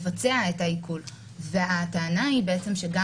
מי בעצם מבצע את העיקול והטענה היא שגם